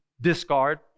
discard